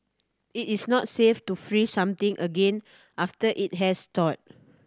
it is not safe to freeze something again after it has thawed